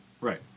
Right